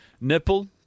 nipple